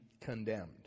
condemned